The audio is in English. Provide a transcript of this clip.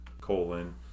colon